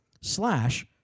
slash